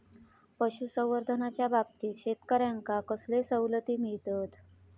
पशुसंवर्धनाच्याबाबतीत शेतकऱ्यांका कसले सवलती मिळतत?